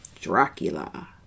Dracula